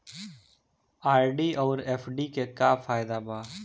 RD आउर FD के का फायदा बा?